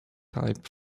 type